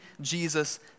Jesus